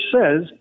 says